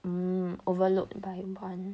um overload by one